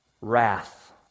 wrath